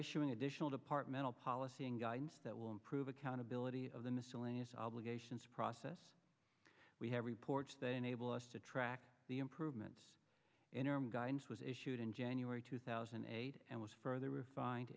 issuing additional departmental policy and guidance that will improve accountability of the miscellaneous obligations process we have reports that enable us to track the improvements interim guidance was issued in january two thousand and eight and was further refined